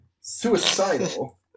suicidal